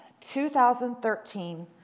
2013